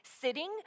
sitting